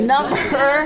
Number